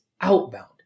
outbound